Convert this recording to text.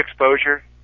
exposure